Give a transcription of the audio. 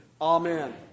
Amen